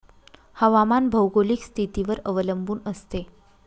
हवामान भौगोलिक स्थितीवर अवलंबून असते